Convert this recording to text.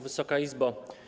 Wysoka Izbo!